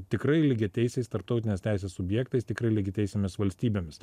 tikrai lygiateisiais tarptautinės teisės subjektais tikrai lygiateisėmis valstybėmis